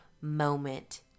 moment